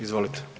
Izvolite.